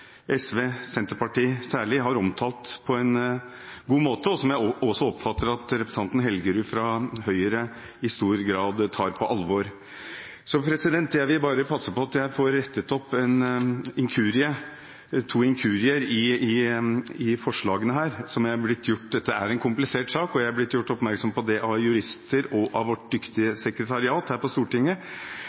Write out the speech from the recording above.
SV og Senterpartiet har omtalt på en god måte, og som jeg også oppfatter at representanten Helgerud fra Høyre i stor grad tar på alvor. Jeg vil bare passe på at jeg får rettet opp to inkurier i forslagene. Dette er en komplisert sak, og jeg er blitt gjort oppmerksom på dette av jurister og av vårt dyktige sekretariat her på Stortinget.